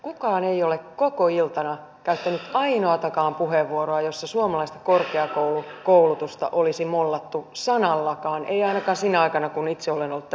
kukaan ei ole koko iltana käyttänyt ainoatakaan puheenvuoroa jossa suomalaista korkeakoulutusta olisi mollattu sanallakaan ei ainakaan sinä aikana kun itse olen ollut tässä salissa